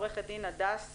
עו"ד הדס